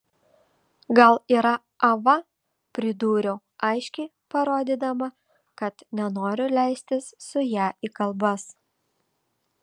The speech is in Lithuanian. gal yra ava pridūriau aiškiai parodydama kad nenoriu leistis su ja į kalbas